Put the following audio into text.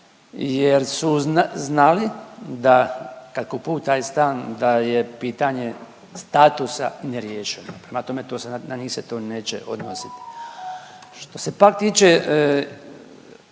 jer su znali da, kad kupuju taj stan da je pitanje statusa neriješeno. Prema tome to se, na njih se to neće odnositi. Što se pak tiče